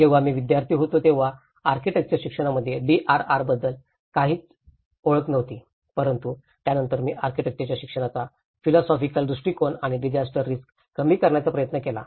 जेव्हा मी विद्यार्थी होतो तेव्हा आर्किटेक्चरल शिक्षणामध्ये DRR बद्दल काहीच ओळख नव्हती परंतु त्यानंतरच मी आर्किटेक्चरलच्या शिक्षणाचा फिलॉसॉफिकल दृष्टीकोन आणि डिझास्टर रिस्क कमी करण्याचा प्रयत्न केला